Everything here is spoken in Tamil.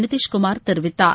நிதிஷ் குமார் தெரிவித்தார்